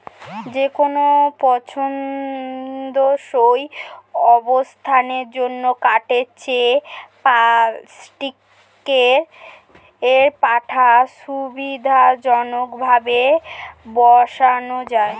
যেকোনো পছন্দসই অবস্থানের জন্য কাঠের চেয়ে প্লাস্টিকের পাটা সুবিধাজনকভাবে বসানো যায়